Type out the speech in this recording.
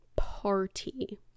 Party